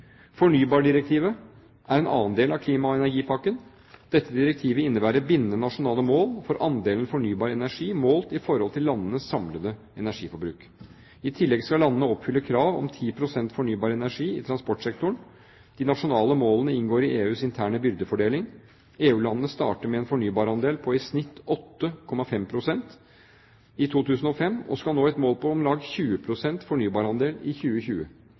Fornybardirektivet er en annen del av klima- og energipakken. Dette direktivet innebærer bindende nasjonale mål for andelen fornybar energi målt i forhold til landenes samlede energiforbruk. I tillegg skal landene oppfylle krav om 10 pst. fornybar energi i transportsektoren. De nasjonale målene inngår i EUs interne byrdefordeling. EU-landene starter med en fornybarandel på i snitt 8,5 pst. i 2005 og skal nå en mål på om lag 20 pst. fornybarandel i 2020.